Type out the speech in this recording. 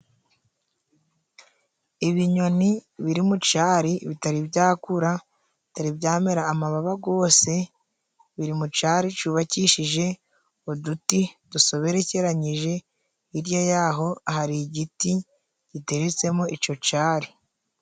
Ibinyoni biri mu cari bitari byakura bitari byamera amababa gose, biri mu cari cubakishije uduti dusoberekeranyije, hirya yaho hari igiti giteretsemo ico cari.